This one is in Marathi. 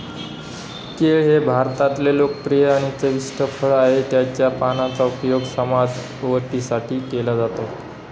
केळ हे भारतातले लोकप्रिय आणि चविष्ट फळ आहे, त्याच्या पानांचा उपयोग सजावटीसाठी केला जातो